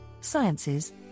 sciences